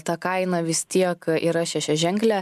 ta kaina vis tiek yra šešiaženklė